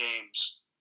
games